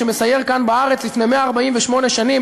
שמסייר כאן בארץ לפני 148 שנים,